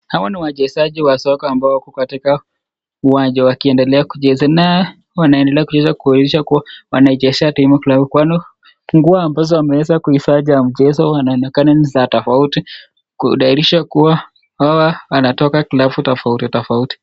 Hawa ni wachezaji wa soka wako katika uwanja wakiendelea kucheza na wanaendelea kucheza kuonyesha kuwa wanaichezea timu club kwani nguo ambazo wameweza kuzivaa za mchezo zinaonekana ni za tofauti kudhihirisha kuwa hawa wanatoka club tofauti tofauti.